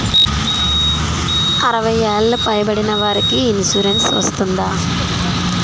అరవై ఏళ్లు పై పడిన వారికి ఇన్సురెన్స్ వర్తిస్తుందా?